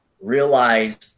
realize